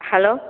hello